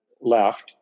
left